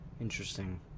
Interesting